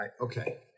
Okay